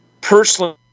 personally